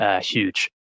huge